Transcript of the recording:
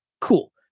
cool